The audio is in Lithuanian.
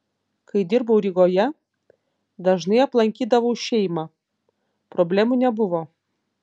kai dirbau rygoje dažnai aplankydavau šeimą problemų nebuvo